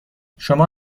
شما